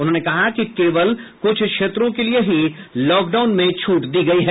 उन्होंने कहा कि केवल क्छ क्षेत्रों के लिए ही लॉक डाउन में छूट दी गयी है